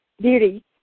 beauty